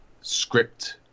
script